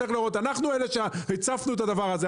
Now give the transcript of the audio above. אנחנו הצפנו את הדבר הזה.